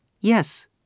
Yes